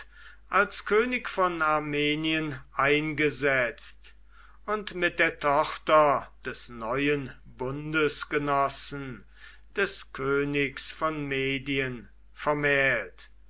als könig von armenien eingesetzt und mit der tochter des neuen bundesgenossen des königs von medien vermählt